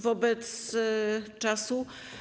Wobec czasu?